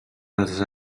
les